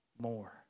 more